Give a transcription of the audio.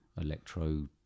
electro